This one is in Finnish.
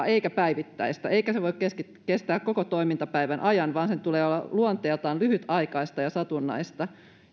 eikä päivittäistä eikä se voi kestää koko toimintapäivän ajan vaan sen tulee olla luonteeltaan lyhytaikaista ja satunnaista